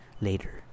later